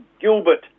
Gilbert